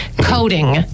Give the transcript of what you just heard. coding